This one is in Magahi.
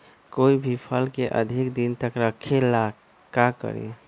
कोई भी फल के अधिक दिन तक रखे के ले ल का करी?